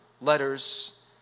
letters